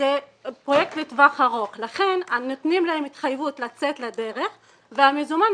אתר האינטרנט שנועד לדווח לציבור מהן תוצאות הבחירות לרשויות